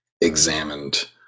examined